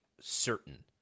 certain